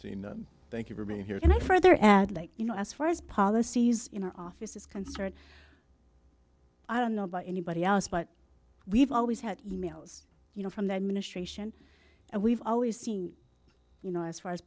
for thank you for being here and i further add like you know as far as policies in our office is concerned i don't know about anybody else but we've always had e mails you know from the administration and we've always seen you know as far as